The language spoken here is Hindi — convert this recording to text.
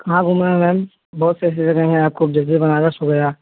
कहाँ घूमना है मैम बहुत से ऐसे जगहें हैं आपको जैसे बनारस हो गया